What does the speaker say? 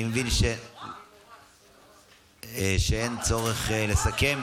אני מבין שאין צורך לסכם.